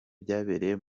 byabereye